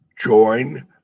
join